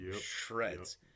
shreds